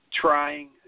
Trying